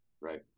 Right